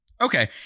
Okay